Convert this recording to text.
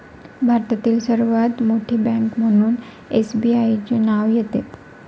भारतातील सर्वात मोठी बँक म्हणून एसबीआयचे नाव येते